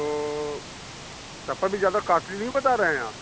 तो तब पर भी ज़्यादा कास्टली नहीं बता रहे हैं आप